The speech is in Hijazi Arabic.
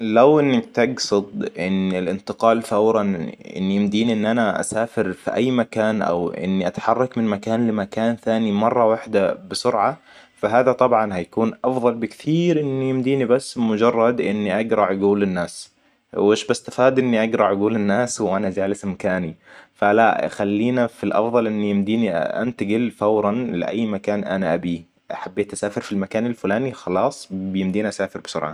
لو إنك تقصد ان الإنتقال فوراً أن يمديني إن أنا اسافر في اي مكان او إني اتحرك من مكان لمكان ثاني مرة واحدة بسرعة فهذا طبعاً هيكون أفضل بكثير إني يمديني بس مجرد إني اقرا عقول الناس وش بستفاد إني أقرا عقول الناس وانا جالس مكاني ؟ فلا خلينا في الافضل انه يمديني أنتقل فوراً لأي مكان أنا أبيه. لو حبيت اسافر في المكان الفلاني خلاص بيمديني اسافر بسرعة